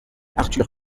arthur